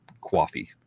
coffee